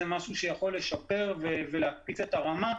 זה משהו שיכול לשפר ולהקפיץ את הרמה.